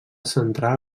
centrar